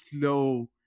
slow